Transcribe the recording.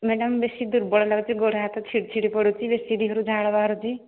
madam ବେଶୀ ଦୁର୍ବଳ ଲାଗୁଛି ଗୋଡ଼ ହାତ ଛିଡ଼ି ଛିଡ଼ି ପଡ଼ୁଛି ବେଶି ଦେହରୁ ଝାଳ ବାହାରୁଛି